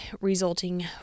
resulting